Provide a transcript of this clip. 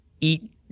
eat